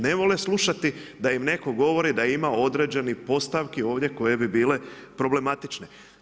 Ne vole slušati da im netko govori da ima određenih postavki ovdje koje bi bile problematične.